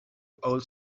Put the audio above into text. old